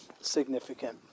significant